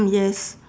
yes